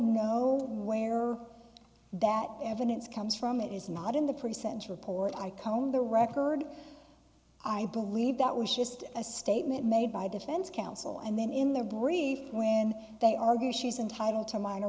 know where that evidence comes from it is not in the pretty central port i combed the record i believe that was just a statement made by defense counsel and then in their brief when they argue she's entitled to min